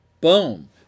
Boom